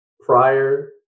prior